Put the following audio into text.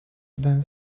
then